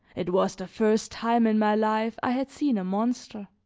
it was the first time in my life i had seen a monster